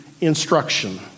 instruction